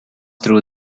through